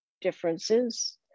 differences